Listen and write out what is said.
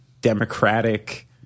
democratic